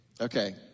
Okay